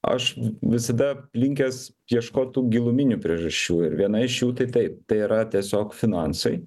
aš visada linkęs ieškot tų giluminių priežasčių ir viena iš jų tai taip tai yra tiesiog finansai